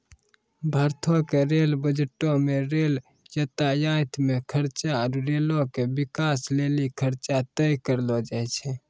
भारतो के रेल बजटो मे रेल यातायात मे खर्चा आरु रेलो के बिकास लेली खर्चा तय करलो जाय छै